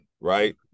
right